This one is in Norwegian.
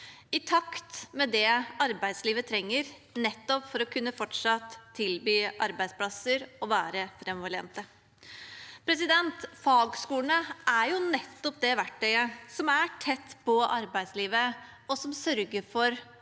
i takt med det arbeidslivet trenger, nettopp for fortsatt å kunne tilby arbeidsplasser og være framoverlente. Fagskolene er nettopp det verktøyet som er tett på arbeidslivet, og som sørger for